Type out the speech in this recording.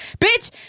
bitch